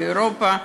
באירופה.